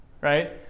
Right